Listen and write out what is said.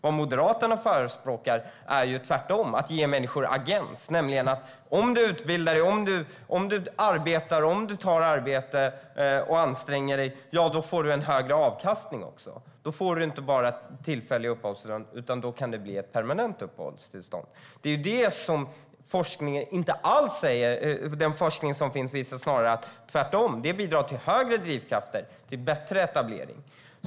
Vad Moderaterna förespråkar är tvärtom att ge människor agens, det vill säga att den som utbildar sig, tar ett arbete och anstränger sig får högre avkastning. Då får man inte bara ett tillfälligt uppehållstillstånd, utan då kan det bli ett permanent uppehållstillstånd. Den forskning som finns visar snarare att det tvärtom bidrar till större drivkrafter och en bättre etablering.